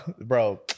bro